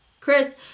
Chris